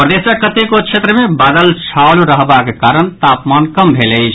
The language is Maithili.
प्रदेशक कतेको क्षेत्र मे बादल छओल रहबाक कारण तापमान कम भेल अछि